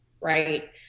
right